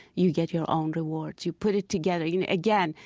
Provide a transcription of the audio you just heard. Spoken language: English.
you get your own rewards. you put it together. you know again,